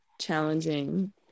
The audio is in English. challenging